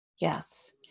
yes